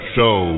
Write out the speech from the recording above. Show